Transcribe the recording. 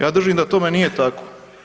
Ja držim da tome nije tako.